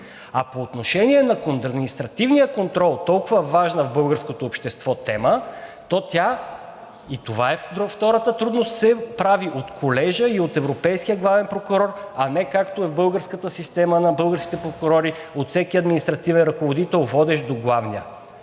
А по отношение на административния контрол – толкова важна в българското общество тема, то тя, и това е втората трудност, се прави от Колежа и от Европейския главен прокурор, а не както е в българската система на българските прокурори от всеки административен ръководител, водещ до главния.